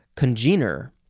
Congener